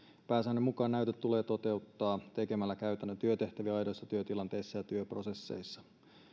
pääsäännön mukaan näytöt tulee toteuttaa tekemällä käytännön työtehtäviä aidoissa työtilanteissa ja työprosesseissa